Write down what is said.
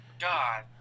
God